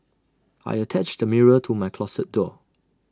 I attached A mirror to my closet door